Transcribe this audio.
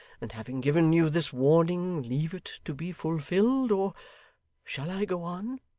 and having given you this warning, leave it to be fulfilled or shall i go on